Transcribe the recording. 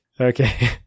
okay